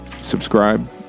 subscribe